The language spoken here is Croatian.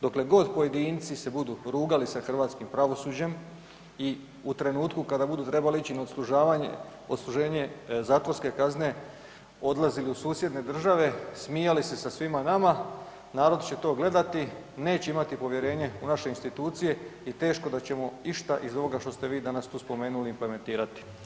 Dokle god pojedinci se budu rugali sa hrvatskim pravosuđem i u trenutku kada budu trebali ići na odslužavanje, odsluženje zatvorske kazne odlazili u susjedne države, smijali se sa svima nama, narod će to gledati, neće imati povjerenje u naše institucije i teško da ćemo išta iz ovoga što ste vi danas tu spomenuli implementirati.